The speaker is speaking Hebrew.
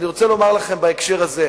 אני רוצה לומר לכם בהקשר הזה,